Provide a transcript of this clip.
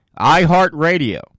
iHeartRadio